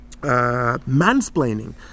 mansplaining